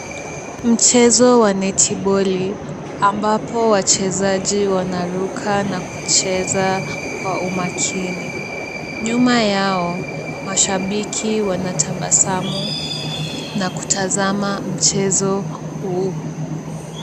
Mchezo wa netiboli, ambapo wacheji wanaruka na kucheza kwa umakini, nyuma yao mashabiki wanatabasamu na kutazama mchezo huu.